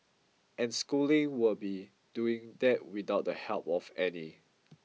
and schooling will be doing that without the help of any